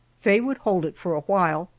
faye would hold it for a while,